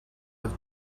with